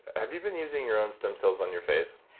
have you been using your own stem cells on your face?